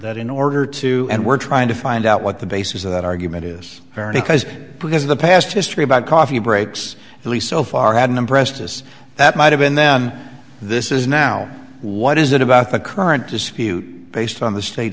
that in order to and we're trying to find out what the basis of that argument is very cause because the past history about coffee breaks at least so far had an impressive as that might have been then this is now what is it about the current dispute based on the state